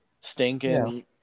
stinking